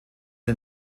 der